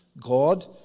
God